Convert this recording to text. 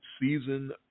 season